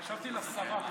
חשבתי לשרה.